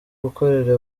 gukorera